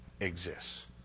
exists